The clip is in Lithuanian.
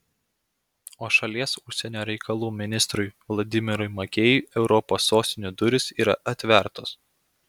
o šalies užsienio reikalų ministrui vladimirui makėjui europos sostinių durys yra atvertos